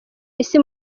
isi